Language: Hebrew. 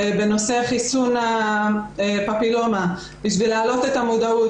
בנושא חיסון הפפילומה בשביל להעלות את המודעות,